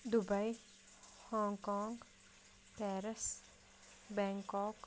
Dubai Hong Kong Paris Bangkok